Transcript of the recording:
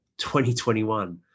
2021